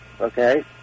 okay